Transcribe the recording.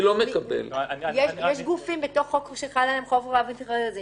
יש גופים שחל עליהם חוק חובת המכרזים,